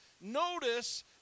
Notice